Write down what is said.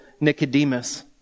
Nicodemus